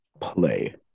play